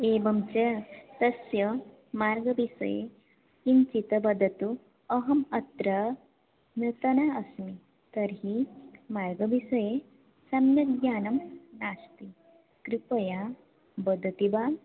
एवञ्च तस्य मार्गविषये किञ्चिद वदतु अहम् अत्र नूतना अस्मि तर्हि मार्गविषये सम्यक् ज्ञानं नास्ति कृपया वदति वा